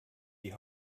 die